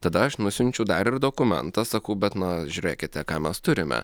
tada aš nusiunčiu dar ir dokumentą sakau bet na žiūrėkite ką mes turime